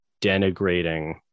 denigrating